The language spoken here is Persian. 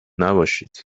نباشید